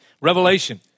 Revelation